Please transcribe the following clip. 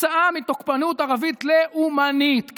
כתוצאה מתוקפנות ערבית לאומנית,